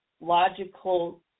logical